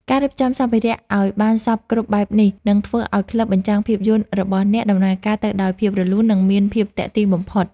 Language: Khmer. ការរៀបចំសម្ភារៈឱ្យបានសព្វគ្រប់បែបនេះ នឹងធ្វើឱ្យក្លឹបបញ្ចាំងភាពយន្តរបស់អ្នកដំណើរការទៅដោយភាពរលូន និងមានភាពទាក់ទាញបំផុត។